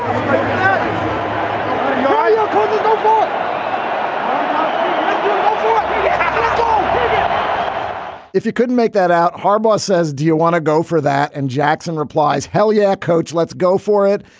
um if it couldn't make that out. harbaugh's says, do you want to go for that? and jackson replies, hell yeah, coach, let's go for it.